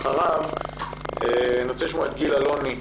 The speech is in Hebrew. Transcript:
אחריו אני רוצה לשמוע את גיל אלוני,